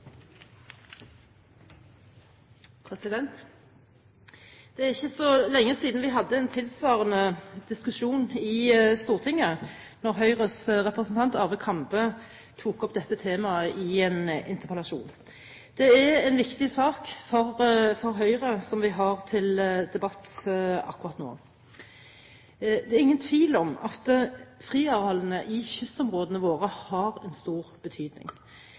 ikke så lenge siden vi hadde en tilsvarende diskusjon i Stortinget, da Høyres representant Arve Kambe tok opp dette temaet i en interpellasjon. Det er en viktig sak for Høyre som vi har til debatt akkurat nå. Det er ingen tvil om at friarealene i kystområdene våre har en stor betydning.